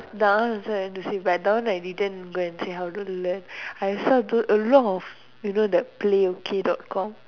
that one also I went to see but that one I didn't go and see how to learn I saw a lot of you know the play okay dot com